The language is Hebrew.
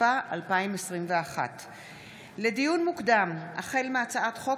התשפ"א 2021. לדיון מוקדם החל בהצעת חוק